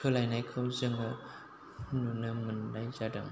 सोलायनायखौ जोङो नुनो मोननाय जादों